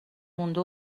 مونده